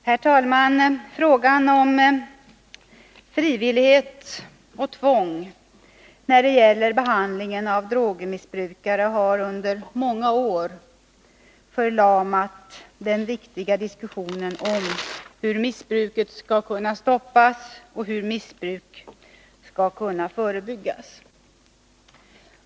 Herr talman! Frågan om frivillighet eller tvång när det gäller behandlingen av drogmissbrukare har under många år förlamat den viktiga diskussionen om hur missbruket skall kunna stoppas och hur missbruk skall kunna förebyggas.